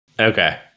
Okay